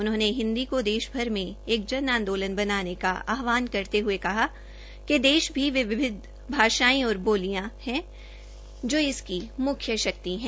उन्होंने हिन्दी को देशभर में एक जन आंदोलन बनाने का आहवान करते हुए कहा कि देश भी विविध भाषायें और बोलियां इसकी शक्ति हैं